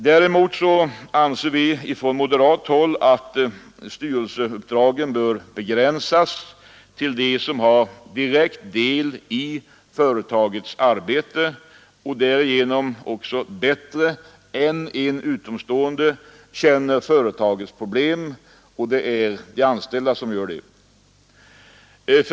Däremot anser vi från moderat håll att styrelseuppdragen bör begränsas till dem som har direkt del i företagets arbete och därigenom också bättre än en utomstående känner företagets problem — och det är de anställda som gör det.